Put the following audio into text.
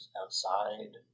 outside